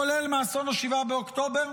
כולל מאסון 7 באוקטובר?